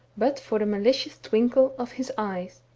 but for the malicious twinkle of his eyes.